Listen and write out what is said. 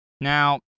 Now